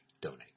donate